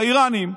האיראנים,